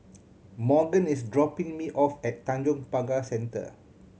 Morgan is dropping me off at Tanjong Pagar Centre